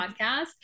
podcast